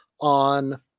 on